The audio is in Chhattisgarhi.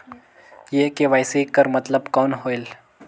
ये के.वाई.सी कर मतलब कौन होएल?